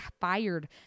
fired